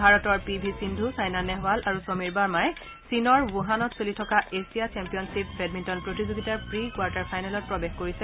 ভাৰতৰ P V Sindhu Saina Nehwal আৰু সমীৰ বাৰ্মাই চীনৰ ৱুহানত চলি থকা এছিয়া চেম্পিয়নখিপ বেডমিণ্টন প্ৰতিযোগিতাৰ প্ৰি কোৱাৰ্টাৰ ফাইনেলত প্ৰৱেশ কৰিছে